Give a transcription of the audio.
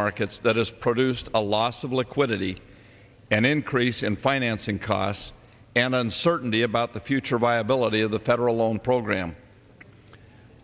markets that has produced a loss of liquidity and increase in financing costs and uncertainty about the future viability of the federal loan program